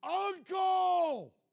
Uncle